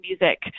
music